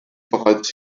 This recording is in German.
bereits